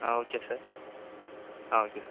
ஆ okay sir ஆ okay sir